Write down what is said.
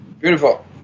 Beautiful